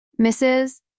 Mrs